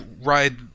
ride